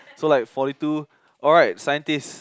so like forty two alright scientist